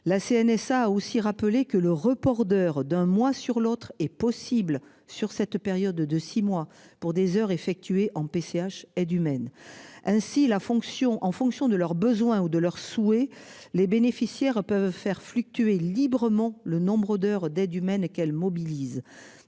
La CNSA a aussi rappelé que le report d'heures d'un mois sur l'autre est possible sur cette période de 6 mois pour des heures effectuées en PCH aide humaine. Ainsi la fonction en fonction de leurs besoins ou de leurs souhaits, les bénéficiaires peuvent faire fluctuer librement. Le nombre d'heures d'aide humaine et qu'elle mobilise